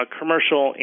commercial